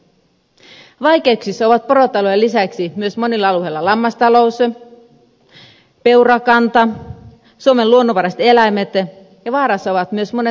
vaikeuksissa ovat porotalouden lisäksi myös monilla alueilla lammastalous peurakanta suomen luonnonvaraiset eläimet ja vaarassa ovat myös monet lapset